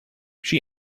she